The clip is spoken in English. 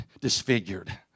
disfigured